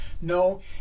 No